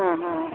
हा हा